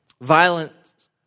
Violence